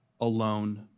alone